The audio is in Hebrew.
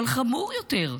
אבל חמור יותר,